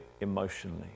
emotionally